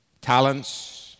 talents